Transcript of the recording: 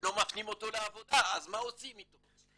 ולא מפנים אותו לעבודה, אז מה עושים איתו?